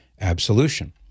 absolution